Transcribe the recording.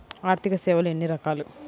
ఆర్థిక సేవలు ఎన్ని రకాలు?